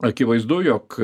akivaizdu jog